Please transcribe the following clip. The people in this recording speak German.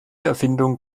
erfindung